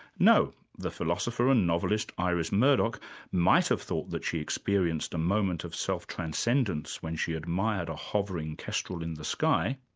no. the philosopher and novelist iris murdoch might have thought that she experienced a moment of self-transcendence when she admired a hovering kestrel in the sky,